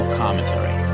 commentary